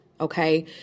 Okay